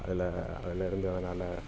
அதில் அதிலருந்து அதனால்